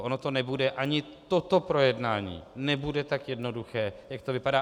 Ono to nebude, ani toto projednání nebude tak jednoduché, jak to vypadá.